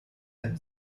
einem